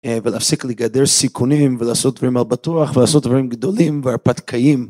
ולהפסיק לגדר סיכונים ולעשות דברים על בטוח ולעשות דברים גדולים והרפתקאיים